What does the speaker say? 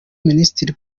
minisitiri